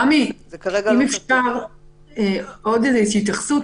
אני רוצה לומר התייחסות.